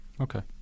Okay